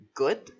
good